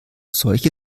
solche